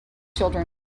children